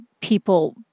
people